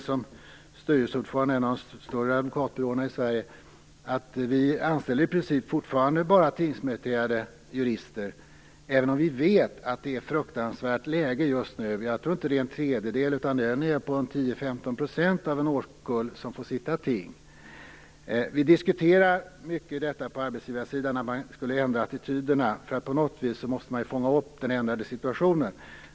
Som styrelseordförande i en av de större advokatbyråerna i Sverige kan jag säga att vi anställer fortfarande i princip bara tingsmeriterade jurister, även om vi vet att läget är fruktansvärt just nu. Jag tror inte att det är fråga om en tredjedel utan snarare 10-15 % av en årskull som får sitta ting. Vi har diskuterat mycket på arbetsgivarsidan att ändra attityderna. På något sätt måste man fånga upp den ändrade situationen.